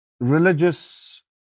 religious